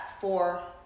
four